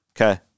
Okay